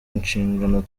inshingano